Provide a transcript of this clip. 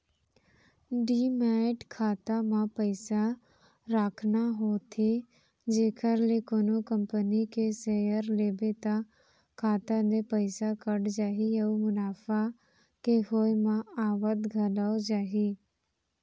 demat खाता म पइसा राखना होथे जेखर ले कोनो कंपनी के सेयर लेबे त खाता ले पइसा कट जाही अउ मुनाफा के होय म आवत घलौ जाही